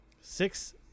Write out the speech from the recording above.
six